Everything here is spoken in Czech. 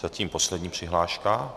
Zatím poslední přihláška.